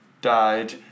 died